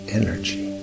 energy